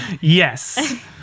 Yes